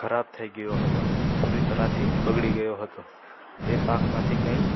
ખરાબ થઈ ગયો હતો પૂરી તરાથી બગડી ગયો હતો તે પાકમાંથી કંઇ